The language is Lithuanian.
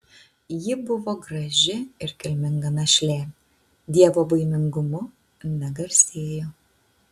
ji buvo graži ir kilminga našlė dievobaimingumu negarsėjo